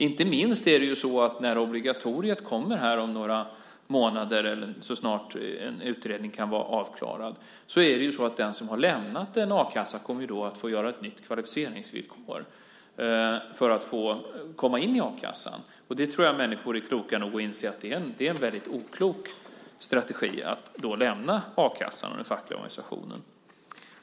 Inte minst när obligatoriet kommer här om några månader, eller så snart en utredning kan vara avklarad, kommer den som har lämnat en a-kassa att få uppfylla ett nytt kvalificeringsvillkor för att få komma in i a-kassan. Det tror jag människor är kloka nog att inse att det är en väldigt oklok strategi att lämna a-kassan och den fackliga organisationen.